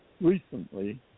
recently